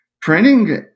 printing